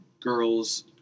girls